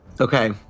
Okay